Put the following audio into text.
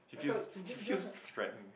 if you if you friend